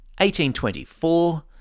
1824